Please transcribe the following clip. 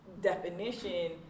definition